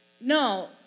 no